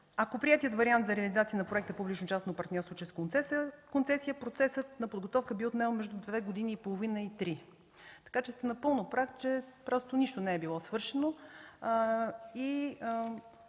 Ако приетият вариант за реализация на проекта е като публично-частно партньорство чрез концесия, процесът на подготовка би отнел между две години и половина и три. Така че сте напълно прав, че нищо не е било свършено и